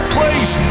Please